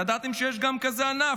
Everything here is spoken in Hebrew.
ידעתם שיש גם כזה ענף?